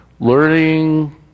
Learning